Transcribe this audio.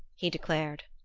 he declared.